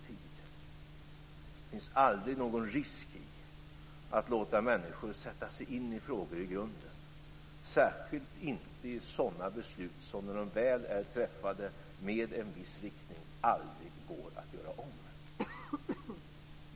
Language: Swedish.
Det finns aldrig någon risk i att låta människor sätta sig in i frågor i grunden, särskilt inte när det gäller sådana beslut som när de väl är fattade i en viss riktning aldrig går att göra om.